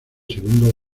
segundo